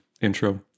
intro